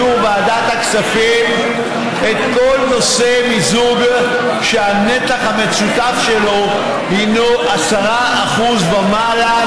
לנצל את שתי הדקות שנותרו לי ולהודות לכל מי שנכח